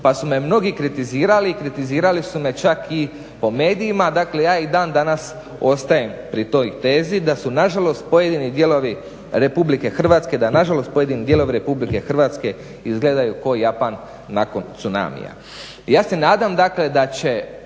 pa su me mnogi kritizirali i kritizirali su me čak i po medijima. Dakle, ja i dan danas ostajem pri toj tezi da nažalost pojedini dijelovi RH izgledaju kao Japan nakon tsunamija. Ja se nadam dakle da će